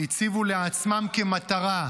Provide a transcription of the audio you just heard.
-- הציבו לעצמם כמטרה,